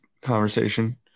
conversation